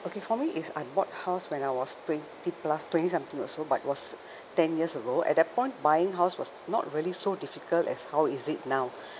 okay for me is I bought house when I was twenty plus twenty something also but was ten years ago at that point buying house was not really so difficult as how is it now